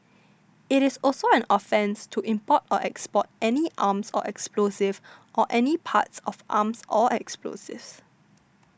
it is also an offence to import or export any arms or explosives or any parts of arms or explosives